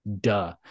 Duh